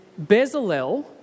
Bezalel